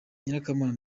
nyirakamana